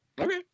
Okay